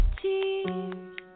tears